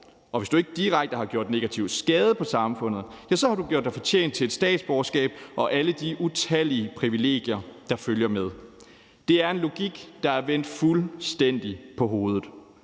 og hvis du ikke direkte har gjort negativ skade på samfundet, har du gjort dig fortjent til et statsborgerskab og alle de utallige privilegier, der følger med. Det er en logik, der er vendt fuldstændig på hovedet.